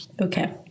Okay